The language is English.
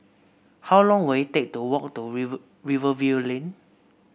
how long will it take to walk to Rivervale Lane